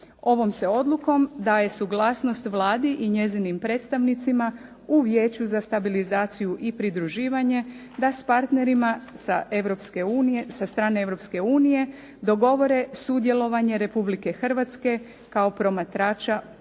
Ovom se odlukom da je suglasnost Vladi i njezinim predstavnicima u Vijeću za stabilizaciju i pridruživanje da s partnerima sa strane Europske unije dogovore sudjelovanje Republike Hrvatske kao promatrača